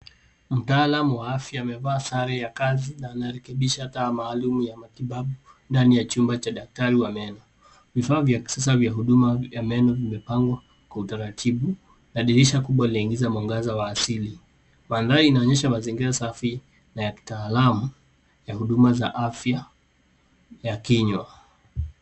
Mtaalam wa afya amevaa sare ya kazi, na anarekebisha taa maalum ya matibabu ndani ya chumba cha daktari wa meno. Vifaa vya kisasa vya huduma vya meno vimepangwa kwa utaratibu, na dirisha kubwa linaingiza mwangaza wa asili. Mandhari inaonyesha mazingira safi, na ya kitaalamu, ya huduma za afya ya kinywa.